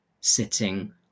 sitting